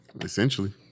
Essentially